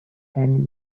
and